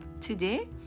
today